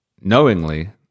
knowingly